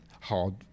hard